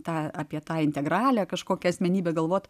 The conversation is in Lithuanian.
tą apie tai integralią kažkokią asmenybę galvot